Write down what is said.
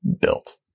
built